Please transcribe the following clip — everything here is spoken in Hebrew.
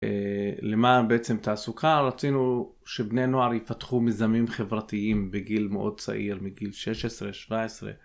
למה בעצם תעסוקה? רצינו שבני נוער ייפתחו מיזמים חברתיים בגיל מאוד צעיר, מגיל 16-17.